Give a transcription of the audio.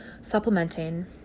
supplementing